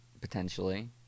potentially